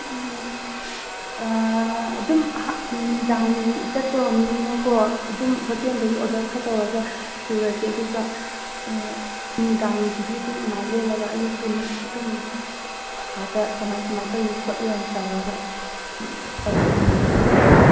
ꯎꯝ ꯑꯗꯨꯝ ꯅꯨꯃꯤꯗꯥꯡꯒꯤ ꯆꯠꯇꯣꯔꯕꯅꯤꯅꯀꯣ ꯑꯗꯨꯝ ꯍꯣꯇꯦꯜꯗꯒꯤ ꯑꯣꯗꯔ ꯈꯔ ꯇꯧꯔꯒ ꯄꯨꯔꯁꯦ ꯑꯗꯨꯒ ꯅꯨꯃꯤꯗꯥꯡꯒꯤꯗꯤ ꯑꯗꯨꯝ ꯑꯗꯨꯃꯥꯏꯅ ꯂꯦꯜꯂꯒ ꯑꯌꯨꯛꯇꯨꯅ ꯑꯗꯨꯝ ꯑꯥꯗ ꯀꯃꯥꯏ ꯀꯃꯥꯏ ꯇꯧꯏ ꯈꯣꯠꯂꯤ ꯍꯥꯏꯅ ꯇꯧꯔꯒ ꯇꯧꯔꯁꯤꯅꯦ ꯌꯥꯏꯅꯦ ꯆꯠꯁꯦ